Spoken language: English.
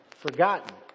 Forgotten